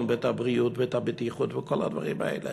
ואת הבריאות ואת הבטיחות וכל הדברים האלה.